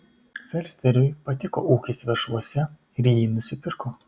fersteriui patiko ūkis veršvuose ir jį nusipirko